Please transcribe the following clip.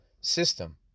system